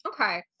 okay